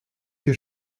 que